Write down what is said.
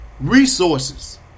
resources